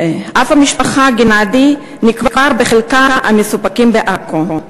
אב המשפחה גנאדי נקבר בחלקת ה"מסופקים" בעכו.